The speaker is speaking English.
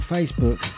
Facebook